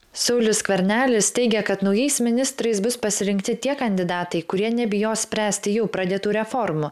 saulius skvernelis teigia kad naujais ministrais bus pasirinkti tie kandidatai kurie nebijos spręsti jau pradėtų reformų